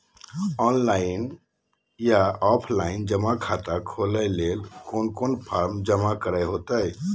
Online बोया offline जमा खाता खोले ले कोन कोन फॉर्म जमा करे होते?